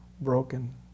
Broken